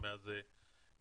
ומאז זה בהקפאה.